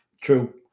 True